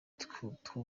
twubaka